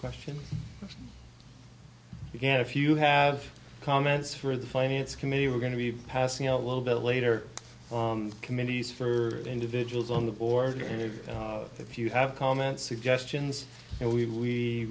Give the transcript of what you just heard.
question again if you have comments for the finance committee we're going to be passing out a little bit later committees for individuals on the board or any of the if you have comments suggestions and we